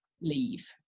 leave